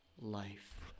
life